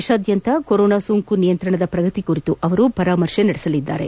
ದೇಶಾದ್ಯಂತ ಕೊರೋನಾ ಸೋಂಕು ನಿಯಂತ್ರಣದ ಪ್ರಗತಿ ಕುರಿತು ಅವರು ಪರಾಮರ್ಶೆ ನಡೆಸಲಿದ್ದಾರೆ